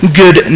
good